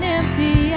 empty